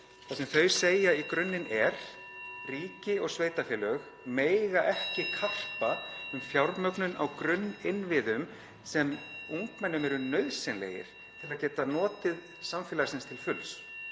Það sem þau segja í grunninn er: (Forseti hringir.) Ríki og sveitarfélög mega ekki karpa um fjármögnun á grunninnviðum sem ungmennum eru nauðsynlegir til að geta notið samfélagsins til fulls.